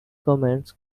comments